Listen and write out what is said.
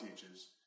teaches